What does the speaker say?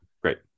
Great